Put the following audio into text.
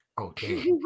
Okay